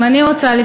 גם אני רוצה,